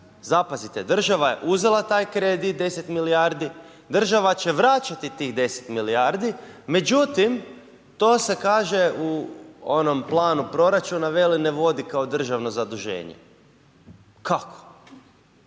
zapazite, država je uzela taj kredit 10 milijardi, država će vraćati tih 10 milijardi, međutim to se kaže u onom planu proračuna vele ne vodi kao državna zaduženja. Kako?